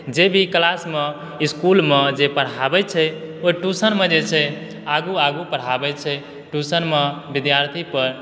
जे भी क्लास मे इसकुल मे जे पढ़ाबए छै ओ ट्यूशन मे जे छै आगू आगू पढ़ाबै छै ट्यूशन मे विद्यार्थी पर